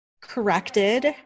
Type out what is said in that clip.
corrected